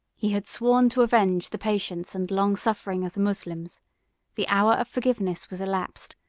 he had sworn to avenge the patience and long-suffering of the moslems the hour of forgiveness was elapsed,